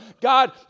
God